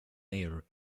mayer